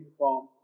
form